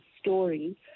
story